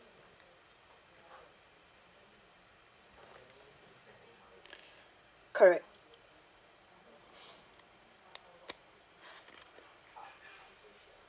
correct